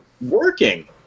working